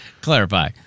Clarify